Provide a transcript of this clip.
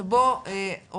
שבו הילדים נופלים בין הכיסאות,